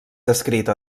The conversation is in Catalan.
descrita